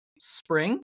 spring